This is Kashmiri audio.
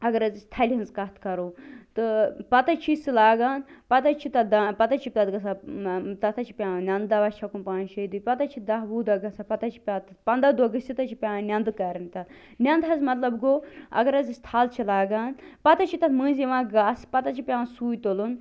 اگر حظ أسۍ تھلہِ ہنٛز کَتھ کَرو تہٕ پتہٕ حظ چھِ أسۍ سۄ لاگان پتہٕ حظ چھِ تتھ دا پتہٕ حظ چھُ تَتھ گَژھان ٲں تتھ حظ چھُ پیٚوان نیٚنٛدٕ دوا چھَکُن پانٛژِ شیٚیہِ دُہۍ پتہٕ حظ چھِ دَہ وُہ دۄہ گَژھان پتہٕ حظ چھِ پنٛداہ دۄہ گٔژھِتھ حظ چھِ پیٚوان نیٚنٛدٕ کَرٕنۍ تتھ نیٚنٛدٕ حظ مطلب گوٚو اگر حظ أسۍ تھل چھِ لاگان پتہٕ حظ چھُ تتھ مٔنٛزۍ یِوان گاسہٕ پتہٕ حظ چھُ پیٚوان سُے تُلُن